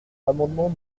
l’amendement